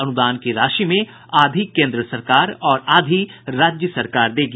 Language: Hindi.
अनुदान की राशि में आधी केन्द्र सरकार और आधी राज्य सरकार देगी